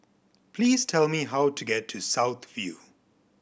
please tell me how to get to South View